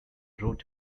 wrote